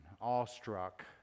awestruck